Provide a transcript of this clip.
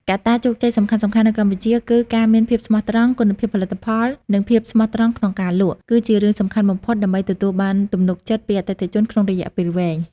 កត្តាជោគជ័យសំខាន់ៗនៅកម្ពុជាគឺ ការមានភាពស្មោះត្រង់ គុណភាពផលិតផល និងភាពស្មោះត្រង់ក្នុងការលក់ គឺជារឿងសំខាន់បំផុតដើម្បីទទួលបានទំនុកចិត្តពីអតិថិជនក្នុងរយៈពេលវែង។